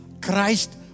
Christ